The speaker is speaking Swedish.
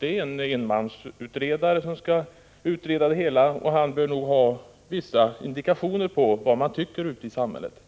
gäller en enmansutredning, och utredaren bör ha vissa indikationer på vad man tycker ute i samhället.